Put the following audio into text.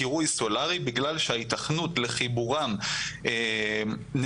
אתה כאילו מתגונן: "אנחנו טובים, עשינו, נעשה".